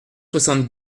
soixante